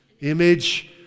Image